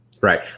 Right